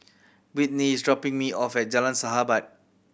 Britni is dropping me off at Jalan Sahabat